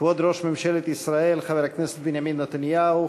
כבוד ראש ממשלת ישראל חבר הכנסת בנימין נתניהו,